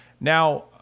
Now